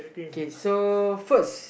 okay so first